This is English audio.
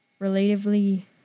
Relatively